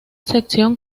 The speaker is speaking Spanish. sección